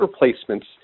replacements